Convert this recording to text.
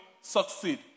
succeed